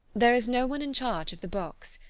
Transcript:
there is no one in charge of the box.